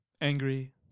angry